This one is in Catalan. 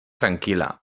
tranquil·la